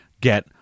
get